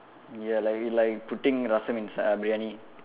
ya like like putting rasam inside our briyani